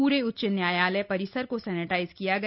pray उच्च न्यायालय परिसर को सेनिटाइज किया गया